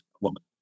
woman